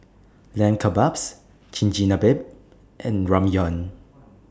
Lamb Kebabs Chigenabe and Ramyeon